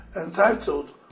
entitled